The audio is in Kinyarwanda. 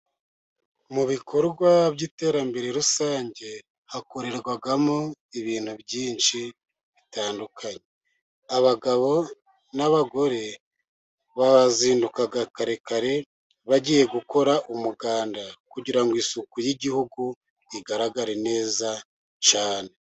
Mu bikorwa by'iterambere rusange, hakorerwamo ibintu byinshi bitandukanye, abagabo n'abagore, bazinduka kare kare bagiye gukora umuganda, kugira ngo isuku y'igihugu igaragare neza cyane.